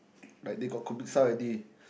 like they got already